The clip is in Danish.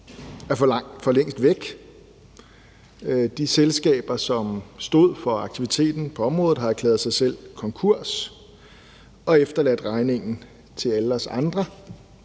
er for længst væk. De selskaber, som stod for aktiviteten på området, har erklæret sig selv konkurs og efterladt regningen til alle os andre.